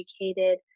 educated